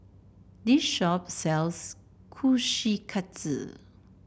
this shop sells Kushikatsu